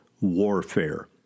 warfare